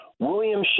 William